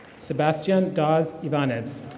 sebastian dawes evanez.